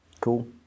cool